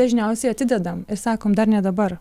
dažniausiai atidedam ir sakom dar ne dabar